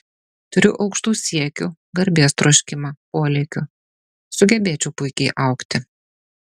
turiu aukštų siekių garbės troškimą polėkių sugebėčiau puikiai augti